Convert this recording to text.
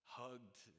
hugged